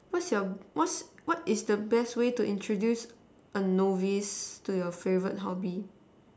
what's your what's what is the best way to introduce a novice to your favourite hobby